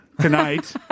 tonight